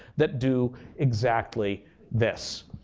that do exactly this.